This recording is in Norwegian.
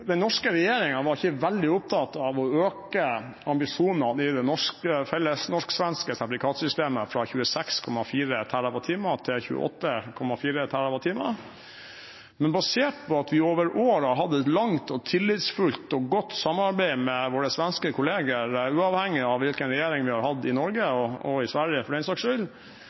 den norske regjeringen, var ikke veldig opptatt av å øke ambisjonene i det felles norsk-svenske sertifikatsystemet fra 26,4 TWh til 28,4 TWh, men basert på at vi over årene har hatt et langt og tillitsfullt og godt samarbeid med våre svenske kolleger, uavhengig av hvilken regjering vi har hatt i Norge – og i Sverige, for den sakens skyld